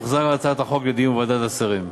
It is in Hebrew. תוחזר הצעת החוק לדיון בוועדת השרים.